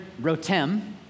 rotem